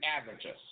averages